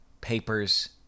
papers